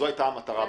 זו היתה מטרת החוק.